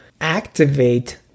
activate